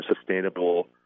sustainable